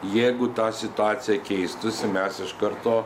jeigu ta situacija keistųsi mes iš karto